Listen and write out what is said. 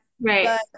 right